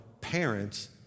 parents